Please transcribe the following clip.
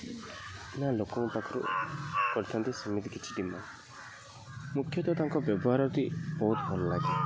ନା ଲୋକଙ୍କ ପାଖରୁ କରିଛନ୍ତି ସେମିତି କିଛି ଡିମାଣ୍ଡ୍ ମୁଖ୍ୟତଃ ତାଙ୍କ ବ୍ୟବହାରଟି ବହୁତ ଭଲ ଲାଗେ